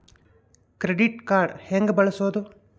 Credit card ಹೆಂಗ ಬಳಸೋದು?